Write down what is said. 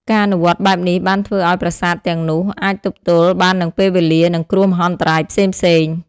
ការអនុវត្តបែបនេះបានធ្វើឲ្យប្រាសាទទាំងនោះអាចទប់ទល់បាននឹងពេលវេលានិងគ្រោះមហន្តរាយផ្សេងៗ។